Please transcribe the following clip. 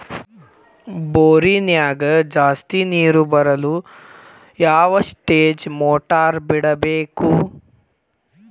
ಬೋರಿನ್ಯಾಗ ಜಾಸ್ತಿ ನೇರು ಬರಲು ಯಾವ ಸ್ಟೇಜ್ ಮೋಟಾರ್ ಬಿಡಬೇಕು?